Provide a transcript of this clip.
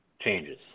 changes